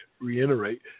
reiterate